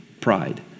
pride